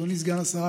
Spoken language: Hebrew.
אדוני סגן השרה,